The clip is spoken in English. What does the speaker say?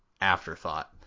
afterthought